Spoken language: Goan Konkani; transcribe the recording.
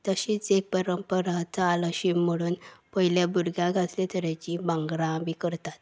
तशींच एक परंपरा चाल अशी म्हणून पयल्या भुरग्यांक असले तरेचीं भांगरां बी करतात